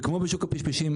וכמו בשוק הפשפשים,